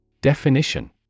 Definition